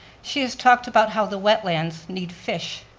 she has talked about how the wetlands need fish.